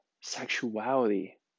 sexuality